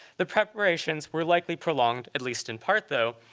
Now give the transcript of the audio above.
the preparations were likely prolonged, at least in part though,